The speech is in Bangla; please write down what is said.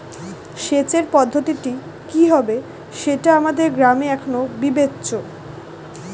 সেচের পদ্ধতিটি কি হবে সেটা আমাদের গ্রামে এখনো বিবেচ্য